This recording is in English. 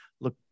look